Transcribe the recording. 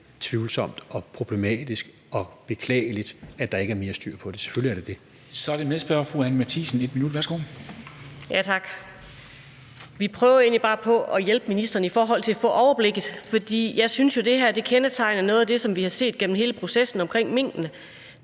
tvivlsomt og problematisk og beklageligt, at der ikke er mere styr på det, selvfølgelig er det det. Kl. 14:05 Formanden (Henrik Dam Kristensen): Så er det medspørger fru Anni Matthiesen, 1 minut. Værsgo. Kl. 14:05 Anni Matthiesen (V): Tak. Vi prøver egentlig bare på at hjælpe ministeren i forhold til at få overblikket, for jeg synes jo, at det har kendetegnet noget af det, som vi har set igennem hele processen omkring minkene,